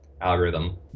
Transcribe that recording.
algorithm